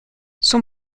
son